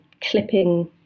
clipping